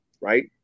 right